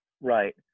right